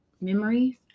memories